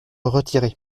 retiré